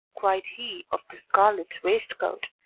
cried he of the scarlet waistcoat,